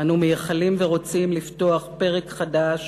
אנו מייחלים ורוצים לפתוח פרק חדש